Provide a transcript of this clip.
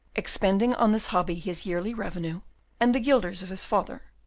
expending on this hobby his yearly revenue and the guilders of his father,